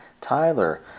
Tyler